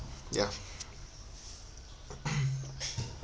ya